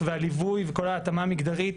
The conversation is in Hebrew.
הליווי וכל הנושא של ההתאמה המגדרית,